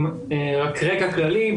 רק רקע כללי,